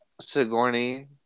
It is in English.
Sigourney